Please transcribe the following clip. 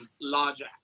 larger